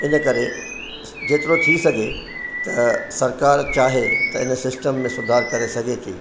इन करे जेतिरो थी सघे त सरकार चाहे त इन सिस्टम में सुधार करे सघे थी